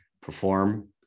perform